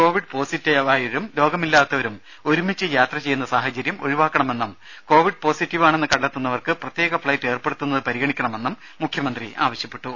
Covid പോസിറ്റീവായവരും രോഗമില്ലാത്തവരും ഒരുമിച്ചു യാത്ര ചെയ്യുന്ന സാഹചര്യം ഒഴിവാക്കണമെന്നും കോവിഡ് പോസിറ്റീവ് ആണെന്ന് കണ്ടെത്തുന്നവർക്ക് പ്രത്യേക ഫ്ലൈറ്റ് ഏർപ്പെടുത്തുന്നത് പരിഗണിക്കണമെന്നും മുഖ്യമന്ത്രി ആവശ്യപ്പെട്ടു